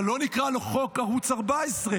אבל לא נקרא לו חוק ערוץ 14,